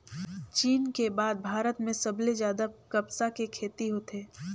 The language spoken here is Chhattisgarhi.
चीन के बाद भारत में सबले जादा कपसा के खेती होथे